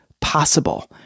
possible